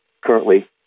currently